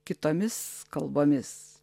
kitomis kalbomis